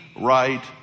right